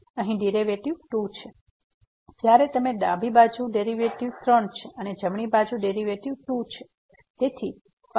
તેથી અહીં ડેરિવેટિવ 2 છે જ્યારે ત્યાં ડાબી બાજુ ડેરીવેટીવ 3 છે અને જમણી બાજુ ડેરીવેટીવ 2 છે